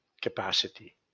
capacity